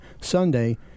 sunday